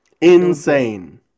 Insane